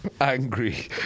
angry